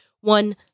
One